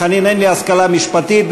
אין לי השכלה משפטית,